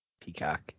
peacock